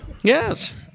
Yes